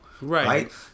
Right